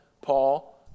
Paul